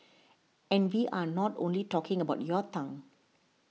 and we are not only talking about your tongue